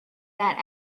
that